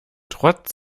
trotz